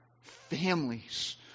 families